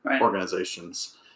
organizations